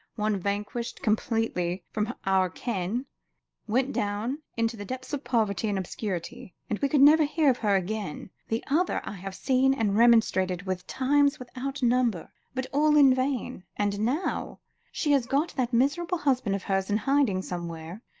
one vanished completely from our ken went down into the depths of poverty and obscurity, and we could never hear of her again. the other, i have seen and remonstrated with times without number, but all in vain and now she has got that miserable husband of hers in hiding somewhere,